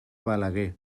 balaguer